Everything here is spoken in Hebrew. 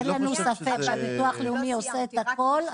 אין לנו ספק שהביטוח הלאומי עושה את הכול,